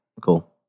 Cool